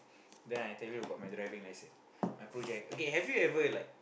then I tell you about my driving license my project okay have you ever like